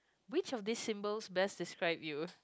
which of these symbols best describe you